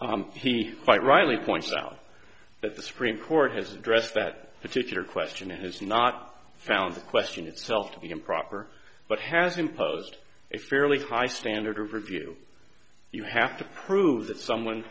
he quite rightly pointed out that the supreme court has addressed that particular question and has not found the question itself to be improper but has imposed a fairly high standard of review you have to prove that someone